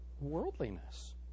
Worldliness